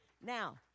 Now